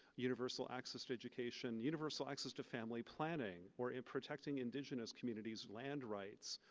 universal access to education, universal access to family planning, or in protecting indigenous communities land rights.